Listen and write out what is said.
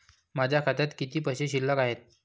माझ्या खात्यात किती पैसे शिल्लक आहेत?